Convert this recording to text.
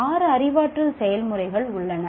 6 அறிவாற்றல் செயல்முறைகள் உள்ளன